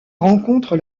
rencontre